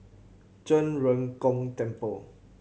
Zhen Ren Gong Temple